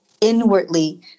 inwardly